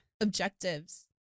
objectives